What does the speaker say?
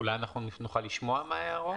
אולי נוכל לשמוע מה ההערות?